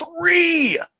Three